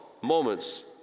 moments